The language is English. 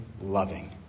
loving